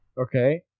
Okay